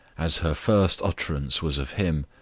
as her first utterance was of him,